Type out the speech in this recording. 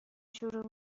شروع